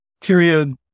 Period